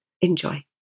Enjoy